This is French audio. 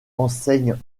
enseignes